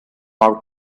our